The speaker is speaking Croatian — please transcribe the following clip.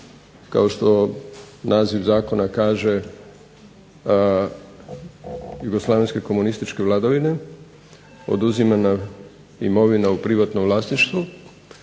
kao što naziv Zakona kaže Jugoslavenske komunističke vladavine oduzimana imovina u privatnom vlasništvu,